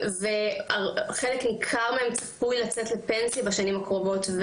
וחלק ניכר מהם צפוי לצאת לפנסיה בשנים הקרובות,